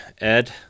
Ed